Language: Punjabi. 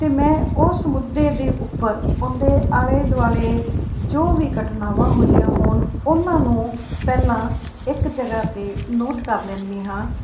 ਅਤੇ ਮੈਂ ਉਸ ਮੁੱਦੇ ਦੇ ਉੱਪਰ ਉਹ ਦੇ ਆਲੇ ਦੁਆਲੇ ਜੋ ਵੀ ਘਟਨਾਵਾਂ ਹੋਈਆਂ ਹੋਣ ਉਹਨਾਂ ਨੂੰ ਪਹਿਲਾਂ ਇੱਕ ਜਗ੍ਹਾ 'ਤੇ ਨੋਟ ਕਰ ਲੈਂਦੀ ਹਾਂ